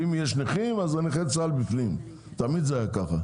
אם יש נכים, נכי צה"ל בפנים, תמיד זה היה ככה.